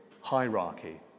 hierarchy